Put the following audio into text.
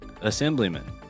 assemblyman